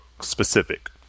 specific